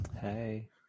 Hey